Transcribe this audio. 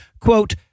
quote